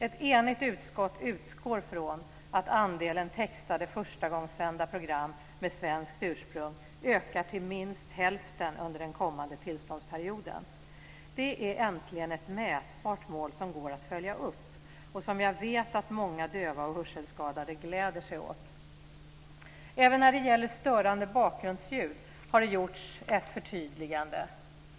Ett enigt utskott utgår ifrån att andelen textade förstagångssända program med svenskt ursprung ökar till minst hälften under den kommande tillståndsperioden. Det är äntligen ett mätbart mål som går att följa upp och som jag vet att många döva och hörselskadade gläder sig åt. Även när det gäller störande bakgrundsljud har det gjorts ett förtydligande.